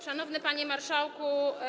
Szanowny Panie Marszałku!